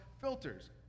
filters